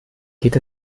geht